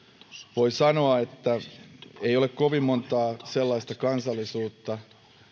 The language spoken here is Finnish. voi sanoa että ei ole kovin montaa sellaista kansallisuutta